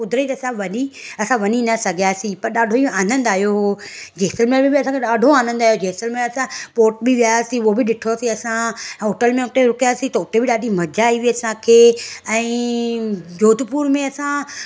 कुदरती असां वञी असां वञी न सघियासीं पर ॾाढो ही आनंदु आहियो हुओ जैसलमेर में असांखे ॾाढो ही आनंद आहियो जैसलमेर असां फोट बि वियासीं हुओ बि ॾिठो सीं असां होटल में हुते रुकियासीं त हुते बि ॾाढी मज़ा आई हुई असांखे ऐं जोधपुर में असां